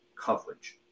coverage